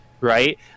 right